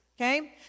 Okay